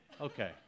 Okay